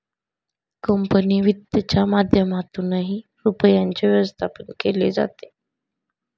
company वित्तच्या माध्यमातूनही रुपयाचे व्यवस्थापन केले जाते